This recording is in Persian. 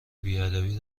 بیادبی